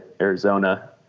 Arizona